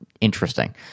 interesting